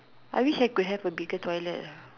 I wish I could have a bigger toilet lah